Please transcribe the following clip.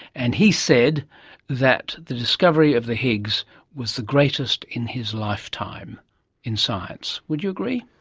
and he said that the discovery of the higgs was the greatest in his lifetime in science. would you agree?